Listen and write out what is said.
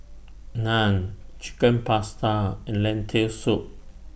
Naan Chicken Pasta and Lentil Soup